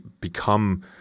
become